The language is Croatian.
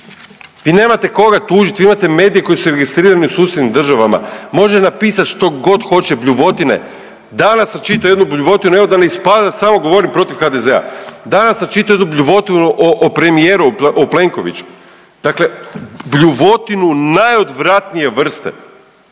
Vi nemate koga tužit, vi imate medije koje su registrirane u susjednim državama, može napisat što god hoće, bljuvotine. Danas sam čitao jednu bljuvotinu, evo da ne ispada da samo govorim protiv HDZ-a, danas sam čitao jednu bljuvotinu o premijeru, o Plenkoviću, dakle bljuvotinu najodvratnije vrste